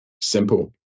Simple